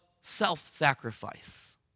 self-sacrifice